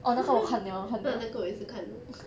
uh 那个我也是看了